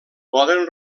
poden